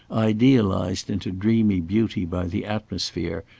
idealised into dreamy beauty by the atmosphere,